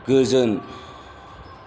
गोजोन